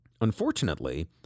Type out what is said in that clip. Unfortunately